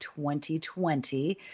2020